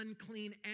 unclean